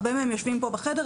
הרבה מהם יושבים פה בחדר.